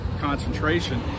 concentration